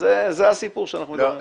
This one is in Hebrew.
זה הסיפור שאנחנו מדברים עליו.